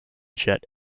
jet